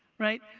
right?